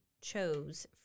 chose